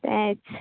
तेंच